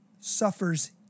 suffers